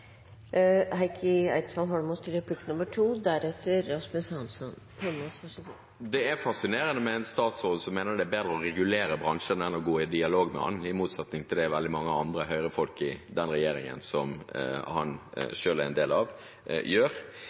Det er fascinerende med en statsråd som mener det er bedre å regulere bransjen enn å gå i dialog med den, i motsetning til det veldig mange andre Høyre-folk i denne regjeringen som han selv er en del av, gjør.